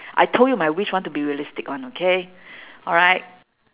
I told you my wish want to be realistic one okay alright